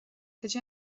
cad